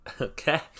Okay